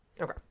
Okay